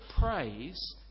praise